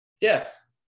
Yes